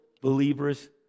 believers